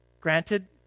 Granted